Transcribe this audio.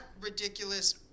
ridiculous